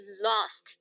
lost